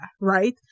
right